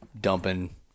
dumping